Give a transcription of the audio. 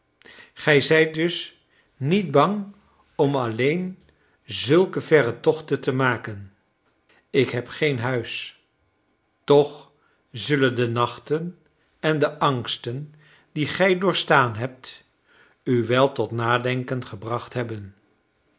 gij zijt dus niet bang om alleen zulke verre tochten te maken ik heb geen thuis toch zullen de nacht en de angsten die gij doorgestaan hebt u wel tot nadenken gebracht hebben